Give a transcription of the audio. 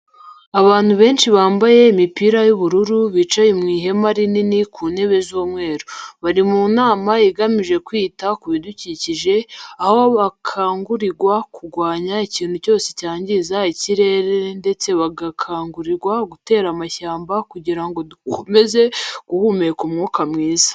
Abantu benshi bambaye imipira y'ubururu, bicaye mu ihema rinini ku ntebe z'umweru. Bari mu nama igamije kwita ku bidukikije, aho bakangurirwa kurwanya ikintu cyose cyangiza ikirere ndetse bagakangurirwa gutera amashyamba kugirango dukomeze guhumeka umwuka mwiza.